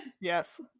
Yes